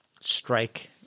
strike